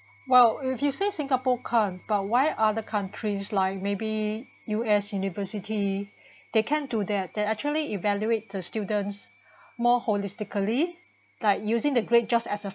well if you say singapore can't but why other countries like maybe U_S University they can do that they're actually evaluate the students more holistically like using the grade just as a